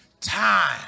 Time